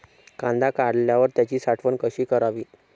कांदा काढल्यावर त्याची साठवण कशी करावी?